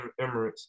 Emirates